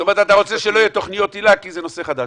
זאת אומרת אתה רוצה שלא יהיו תוכניות היל"ה כי זה נושא חדש.